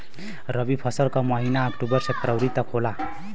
रवी फसल क महिना अक्टूबर से फरवरी तक होला